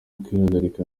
kwihagarika